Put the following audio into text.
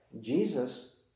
Jesus